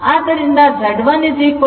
ಆದ್ದರಿಂದ Z1R1 jX1 ಎಂದು ತೆಗೆದುಕೊಳ್ಳುವ